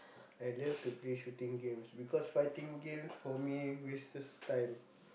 I love to play shooting games because fighting games for me wastes time